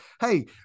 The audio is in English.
hey